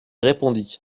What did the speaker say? répondit